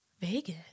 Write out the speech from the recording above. Vegas